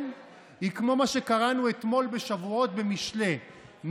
היא כמו מה שקראנו אתמול בשבועות במשלי,